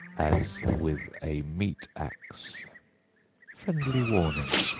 as with a meat-axe. friendly warning.